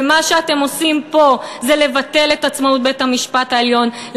ומה שאתם עושים פה זה לבטל את עצמאות בית-המשפט העליון,